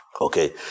Okay